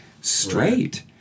straight